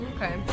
Okay